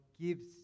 gives